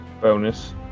bonus